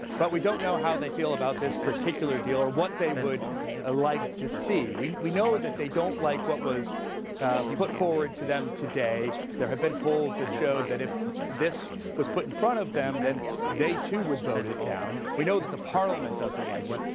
but we don't know how they feel about this particular deal or what they would ah like to see. we we know that they don't like what was put forward to them today. there have been polls that showed that, if this was put in front of them, then they, too, would vote it down. we know that the parliament doesn't like it.